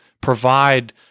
provide